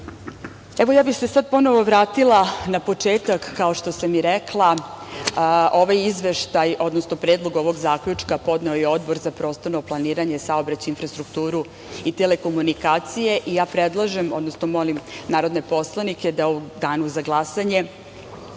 ja bih se sad ponovo vratila na početak. Kao što sam i rekla, ovaj izveštaj, odnosno predlog ovog zaključka podneo je Odbor za prostorno planiranje, saobraćaj, infrastrukturu i telekomunikacije. Ja predlažem, odnosno molim narodne poslanike da u danu za glasanje